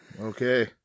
Okay